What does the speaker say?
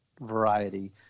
variety